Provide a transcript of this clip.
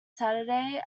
saturday